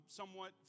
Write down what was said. somewhat